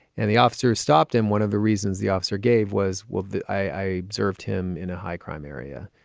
and the officers stopped him. one of the reasons the officer gave was what i observed him in a high crime area.